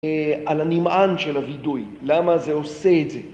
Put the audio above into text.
על הנמען של הווידוי, למה זה עושה את זה.